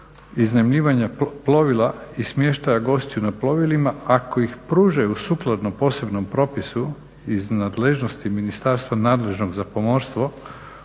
iznajmljivanja plovila i smještaja gostiju na plovilima, ako ih pružaju sukladno posebnom propisu iz nadležnosti ministarstva nadležnog za pomorstvo